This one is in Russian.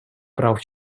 прав